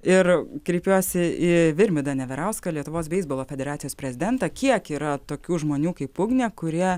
ir kreipiuosi į virmidą neverauską lietuvos beisbolo federacijos prezidentą kiek yra tokių žmonių kaip ugnė kurie